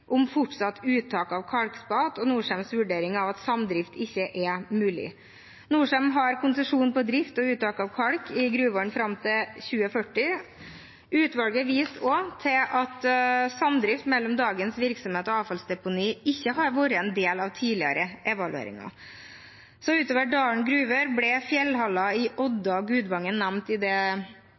om fortsatt uttak av kalkspat og Norcems vurdering av at samdrift ikke er mulig. Norcem har konsesjon på drift og uttak av kalk i gruvene fram til 2040. Utvalget viste også til at samdrift mellom dagens virksomhet og avfallsdeponi ikke har vært en del av tidligere evalueringer. Utover Dalen gruver ble fjellhaller i Odda og Gudvangen nevnt i ekspertutvalget, men det